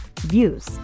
views